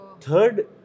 Third